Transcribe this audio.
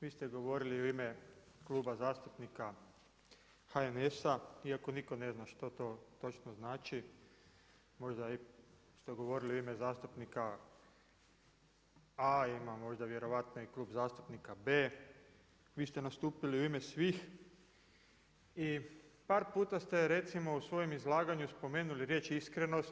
Vi ste govorili u ime Kluba zastupnika HNS-a iako nitko ne zna što to točno znači, možda ste govorili u ime zastupnika A, možda vjerojatno i klub zastupnika B. Vi ste nastupili u ime svih i par puta ste recimo u svojem izlaganju spomenuli riječ iskrenost.